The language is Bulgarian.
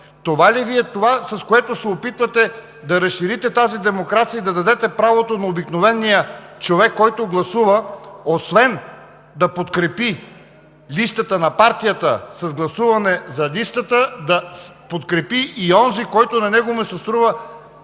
Това ли е, с което се опитвате да разширите тази демокрация и да дадете правото на обикновения човек, който гласува, освен да подкрепи листата на партията с гласуване за листата, да подкрепи и онзи, който на него му се струва